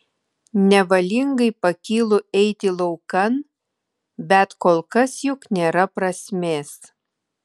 nevalingai pakylu eiti laukan bet kol kas juk nėra prasmės